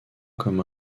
comme